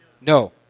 No